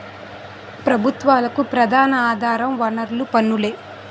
ప్రభుత్వాలకు ప్రధాన ఆధార వనరులు పన్నులే